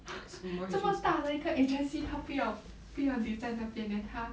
怎么大的一个 agency 他不要不要留在那边 then 他